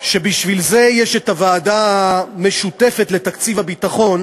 שבשביל זה יש הוועדה המשותפת לתקציב הביטחון